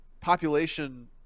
population